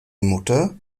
mutter